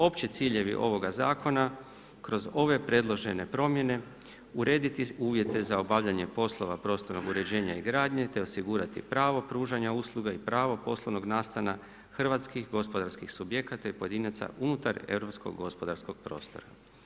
Opći ciljevi ovoga zakona kroz ove predložene promjene urediti uvjete za obavljanje poslova prostornog uređenja i gradnje te osigurati pravo pružanja usluga i pravo poslovnog nastana hrvatskih gospodarskih subjekata i pojedinaca unutar europskog gospodarskog prostora.